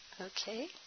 Okay